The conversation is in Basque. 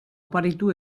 oparitu